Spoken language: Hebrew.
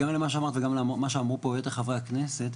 גם למה שאמרת וגם למה שאמרו פה יתר חברי הכנסת.